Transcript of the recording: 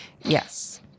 Yes